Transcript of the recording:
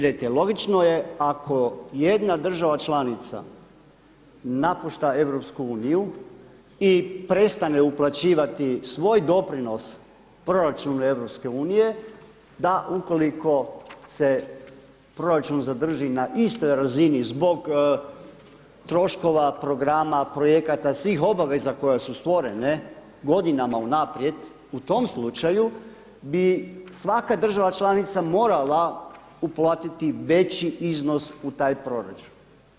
Gledajte logično je ako jedna država članica napušta EU i prestane uplaćivati svoj doprinos proračunu EU da ukoliko se proračun zadrži na istoj razini zbog troškova programa projekata svih obaveza koje su stvorene godinama unaprijed u tom slučaju bi svaka država članica morala uplatiti veći iznos u taj proračun.